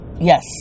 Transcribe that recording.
Yes